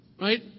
right